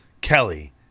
Kelly